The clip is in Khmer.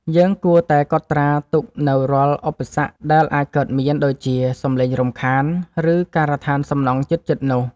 យើងគួរតែកត់ត្រាទុកនូវរាល់ឧបសគ្គដែលអាចកើតមាន ដូចជា សំឡេងរំខាន ឬការដ្ឋានសំណង់ជិតៗនោះ។